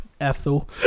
Ethel